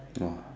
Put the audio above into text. !wah!